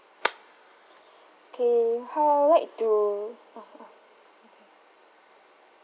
K hi I would like to ah ah okay